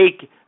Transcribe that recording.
take